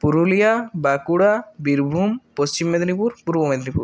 Purulia Bankura Birbhum Paschim Medinipur Purba Medinipur